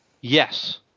Yes